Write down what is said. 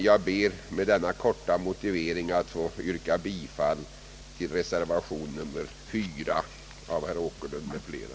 Jag ber att med denna korta motivering få yrka bifall till reservation nr 4 av herr Åkerlund m.fl.